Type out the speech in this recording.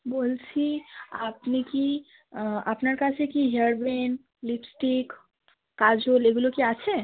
বলছি আপনি কি আপনার কাছে কি ইয়াররিং লিপস্টিক কাজল এগুলো কি আছে